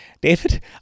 David